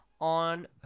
on